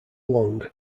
long